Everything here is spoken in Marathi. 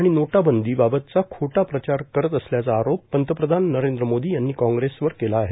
आणि विम्द्रीकरणा बाबतचा खोटा प्रचार करत असल्याचा आरोप पंतप्रधान नरेंद्र मोदी यांनी कॉगेस वर केला आहे